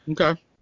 Okay